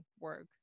work